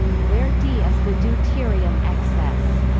where d is the deuterium excess.